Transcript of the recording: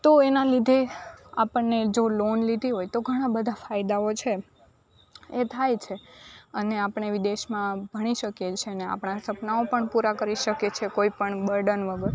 તો એના લીધે આપણને જો લોન લીધી હોય તો ઘણાં બધાં ફાયદાઓ છે એ થાય છે અને આપણે વિદેશમાં ભણી શકીએ છીએ અને આપણા સપનાઓ પણ પૂરા કરી શકીએ છીએ કોઈપણ બડર્ન વગર